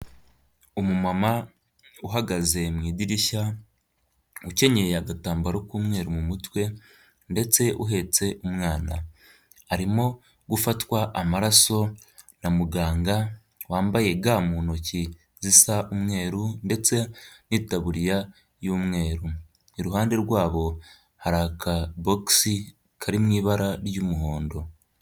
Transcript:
Umu mama uhagaze mu idirishya ukenyeye agatambaro k'umweru mu mutwe ndetse uhetse umwana. Arimo gufatwa amaraso na muganga wambaye ga mu ntoki zisa umweru ndetse n'itaburiya y'umweru, iruhande rwabo hari aka bogisi kari mu ibara ry'umuhondo.